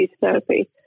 therapy